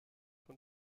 von